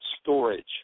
storage